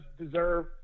deserve